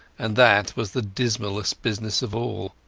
and that was the dismalest business of all.